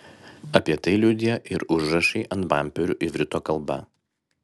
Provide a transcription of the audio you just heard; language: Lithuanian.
apie tai liudija ir užrašai ant bamperių ivrito kalba